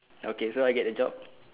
okay so I get the job